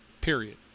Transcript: Period